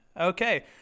Okay